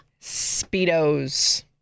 Speedos